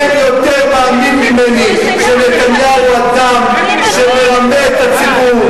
אין יותר מאמין ממני שנתניהו הוא אדם שמרמה את הציבור,